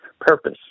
purpose